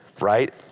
right